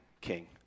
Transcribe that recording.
king